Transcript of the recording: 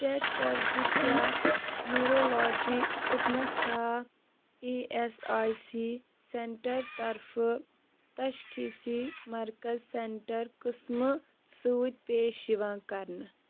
check کَر زِ کیٛاہ نیٖرولاجی خٔدمت چھا اےٚ ایس آئی سی سینٛٹر طرفہٕ تشخیٖصی مرکز سینٛٹر قٕسمہٕ سۭتۍ پیش یِوان کَرنہٕ